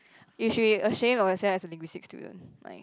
if she ashamed of herself as a linguistic student like